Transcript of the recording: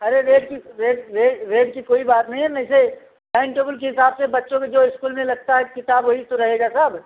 अरे रेट की rate rate rate की कोई बात नहीं है न ऐसे टाइम टेबुल के हिसाब से बच्चों के जो इस्कूल में लगता है किताब वही तो रहेगा सब